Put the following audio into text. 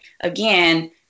again